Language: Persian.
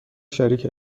شریک